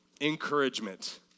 encouragement